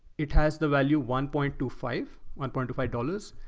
it has the value, one point two five, one point two five dollars.